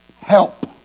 help